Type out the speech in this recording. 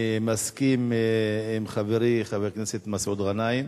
אני מסכים עם חברי חבר הכנסת מסעוד גנאים,